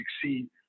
succeed